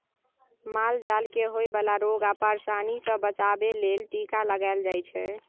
माल जाल केँ होए बला रोग आ परशानी सँ बचाबे लेल टीका लगाएल जाइ छै